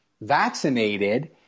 vaccinated